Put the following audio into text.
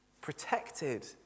Protected